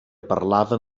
parlaven